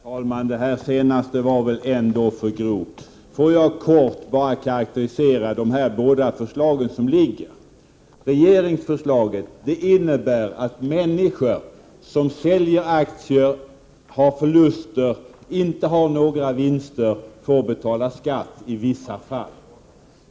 Herr talman! Det senaste var väl ändå för grovt. Får jag bara kort karakterisera de båda förslag som har lagts fram. Regeringsförslaget innebär att människor som säljer aktier och gör förluster och inte några vinster får 147 betala skatt i vissa fall.